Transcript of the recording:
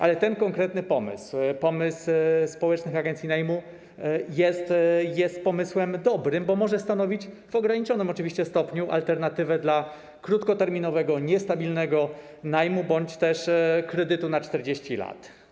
Ale ten konkretny pomysł, pomysł społecznych agencji najmu, jest pomysłem dobrym, bo może stanowić - oczywiście w ograniczonym stopniu - alternatywę dla krótkoterminowego, niestabilnego najmu bądź też kredytu na 40 lat.